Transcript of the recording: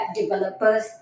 developers